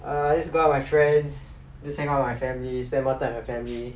err just go out with my friends just hang out with my family spend more time with my family